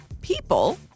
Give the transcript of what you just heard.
people